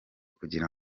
kugira